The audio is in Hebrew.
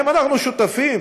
האם אנחנו שותפים?